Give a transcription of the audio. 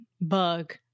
bug